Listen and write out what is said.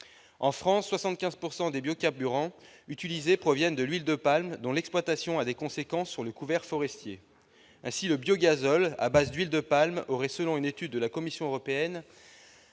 En France, quelque 75 % des biocarburants utilisés proviennent de l'huile de palme, dont l'exploitation a des conséquences sur le couvert forestier. Ainsi, le biogazole à base d'huile de palme aurait, selon une étude de la Commission européenne,